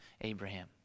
Abraham